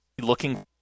looking